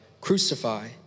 Crucify